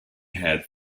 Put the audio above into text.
had